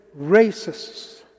racists